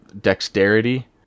dexterity